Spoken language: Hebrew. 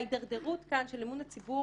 ההידרדרות כאן של אמון הציבור